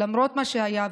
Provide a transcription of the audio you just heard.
למרות מה שהיה,